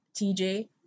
TJ